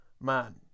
man